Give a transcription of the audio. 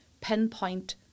pinpoint